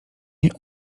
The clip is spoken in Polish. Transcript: nie